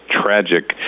tragic